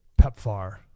pepfar